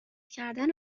کردن